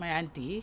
my auntie